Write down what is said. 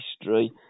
history